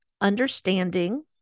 understanding